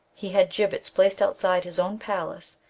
he had gibbets placed outside his own palace,